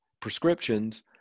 prescriptions